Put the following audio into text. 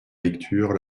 lecture